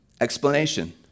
explanation